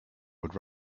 would